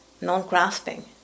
non-grasping